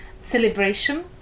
celebration